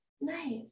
Nice